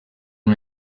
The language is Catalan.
una